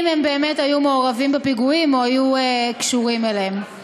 אם הם באמת היו מעורבים בפיגועים או היו קשורים אליהם.